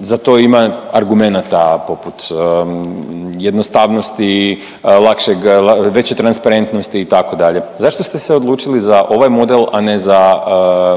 Za to ima argumenata poput jednostavnosti, veće transparentnosti itd. Zašto ste se odlučili za ovaj model, a ne za